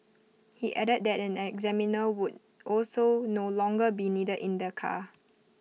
he added that an examiner would also no longer be needed in the car